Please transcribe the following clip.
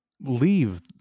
leave